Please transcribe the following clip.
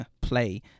play